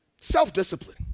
Self-discipline